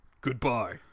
Goodbye